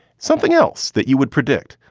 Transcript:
something else that you would predict.